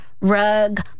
rug